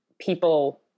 people